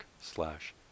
slash